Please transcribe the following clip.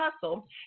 hustle